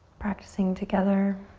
practicing together.